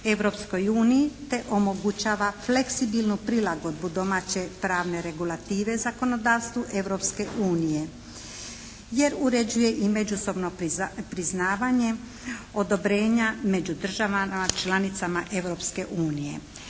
Europskoj uniji te omogućava fleksibilnu prilagodbu domaće pravne regulative zakonodavstvu Europske unije jer uređuje i međusobno priznavanje odobrenja među državama članicama Europske unije.